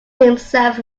himself